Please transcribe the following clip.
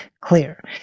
clear